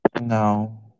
No